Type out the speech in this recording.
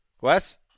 Wes